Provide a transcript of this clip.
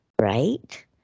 right